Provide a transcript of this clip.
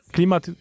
Klimat